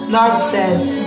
Nonsense